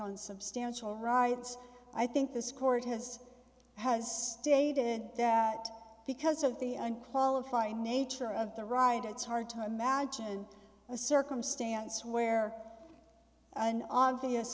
on substantial rights i think this court has has stated that because of the un qualifying nature of the ride it's hard to imagine a circumstance where an obvious